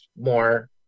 more